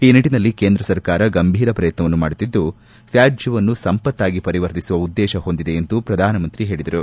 ಈ ನಿಟ್ಟನಲ್ಲಿ ಕೇಂದ್ರ ಸರ್ಕಾರ ಗಂಭೀರ ಪ್ರಯತ್ನವನ್ನು ಮಾಡುತ್ತಿದ್ದು ತ್ಯಾಜ್ಯವನ್ನು ಸಂಪತ್ತಾಗಿ ಪರಿವರ್ತಿಸುವ ಉದ್ದೇಶ ಹೊಂದಿದೆ ಎಂದು ಪ್ರಧಾನಮಂತ್ರಿ ಹೇಳಿದರು